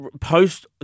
post